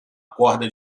corda